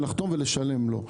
לחתום ולשלם לו?